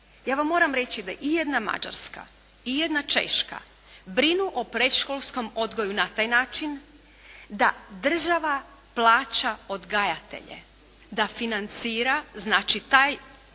Ja vam moram reći da i jedna Mađarska, i jedna Češka brinu o predškolskom odgoju na taj način da država plaća odgajatelje, da financira znači taj